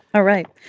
all right.